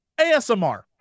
asmr